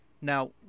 Now